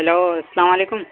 hello السلام علیکم